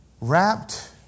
wrapped